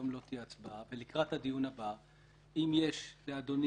יש פה מגבלה שצריכה לאפשר לגופים האלה שפועלים כראוי ובהוגנות,